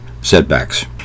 setbacks